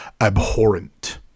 abhorrent